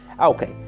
Okay